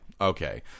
okay